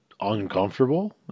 uncomfortable